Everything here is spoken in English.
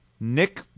Nick